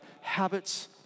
habits